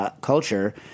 culture